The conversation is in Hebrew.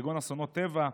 כגון אסונות טבע,